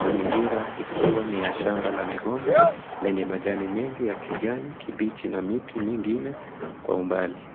Mazingira ikiwa ni ya shamba la migomba lenye majani mengi ya kijani kibichi na miti mingine kwa umbali.